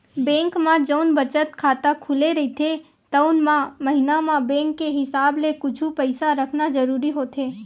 bank म जउन बचत खाता खुले रहिथे तउन म महिना म बेंक के हिसाब ले कुछ पइसा रखना जरूरी होथे